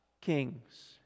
kings